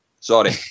Sorry